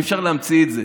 אי-אפשר להמציא את זה.